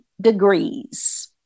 degrees